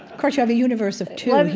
course, you have a universe of two here,